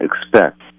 expect